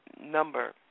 Number